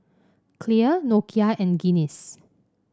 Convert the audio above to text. Clear Nokia and Guinness